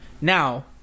Now